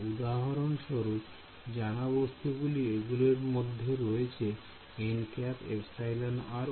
উদাহরণস্বরূপ জানা বস্তুগুলির এগুলির মধ্যে রয়েছে nˆ εr ও